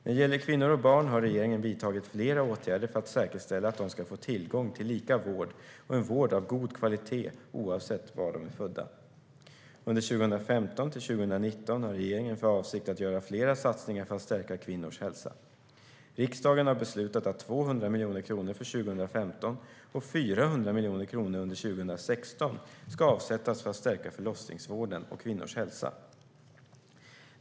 När det gäller kvinnor och barn har regeringen vidtagit flera åtgärder för att säkerställa att de ska få tillgång till lika vård och en vård av god kvalitet oavsett var de är födda. Under 2015-2019 har regeringen för avsikt att göra flera satsningar för att stärka kvinnors hälsa. Riksdagen har beslutat att 200 miljoner kronor för 2015 och 400 miljoner kronor under 2016 ska avsättas för att stärka förlossningsvården och kvinnors hälsa.